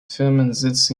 firmensitz